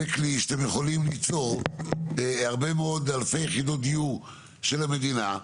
שאתם יכולים ליצור אלפי יחידות דיור של המדינה,